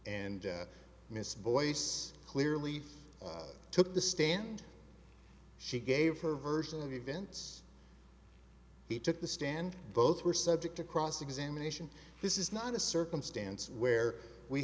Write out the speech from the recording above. and miss voice clearly took the stand she gave her version of events he took the stand both were subject to cross examination this is not a circumstance where we